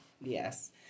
Yes